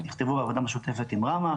נכתבו בעבודה משותפת עם ראמ"ה,